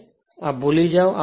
તેથી આ ભૂલી જાઓ